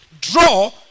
Draw